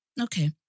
Okay